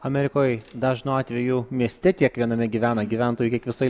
amerikoj dažnu atveju mieste tiek viename gyvena gyventojų kiek visoj